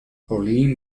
pauline